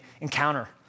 encounter